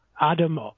Adam